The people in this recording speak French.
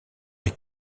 est